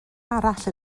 arall